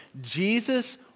Jesus